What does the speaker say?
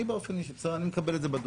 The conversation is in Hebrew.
אני מקבל את זה בדואר,